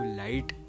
light